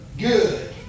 good